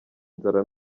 inzara